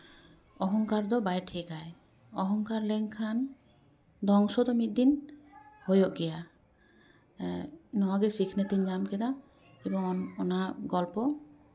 ᱚᱦᱚᱝᱠᱟᱨ ᱫᱚ ᱵᱟᱭ ᱴᱷᱤᱠᱟᱭ ᱚᱦᱚᱝᱠᱟᱨ ᱞᱮᱱᱠᱷᱟᱱ ᱫᱷᱚᱝᱥᱚ ᱫᱚ ᱢᱤᱫ ᱫᱤᱱ ᱦᱳᱭᱳᱜ ᱜᱮᱭᱟ ᱱᱚᱣᱟ ᱜᱮ ᱥᱤᱠᱷᱱᱟᱹᱛᱤᱧ ᱧᱟᱢ ᱠᱮᱫᱟ ᱮᱵᱚᱝ ᱚᱱᱟ ᱜᱚᱞᱯᱚ